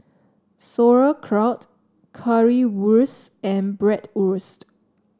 Sauerkraut Currywurst and Bratwurst